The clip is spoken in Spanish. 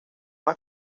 más